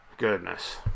Goodness